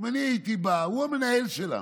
אם אני הייתי בא, הוא המנהל שלנו.